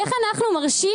איך אנחנו מרשים,